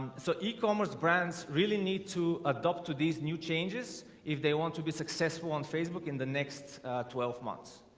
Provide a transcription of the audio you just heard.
so ecommerce brands really need to adopt to these new changes if they want to be successful on facebook in the next twelve months